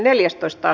asia